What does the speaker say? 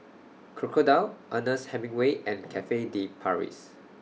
Crocodile Ernest Hemingway and Cafe De Paris